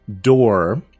door